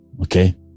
Okay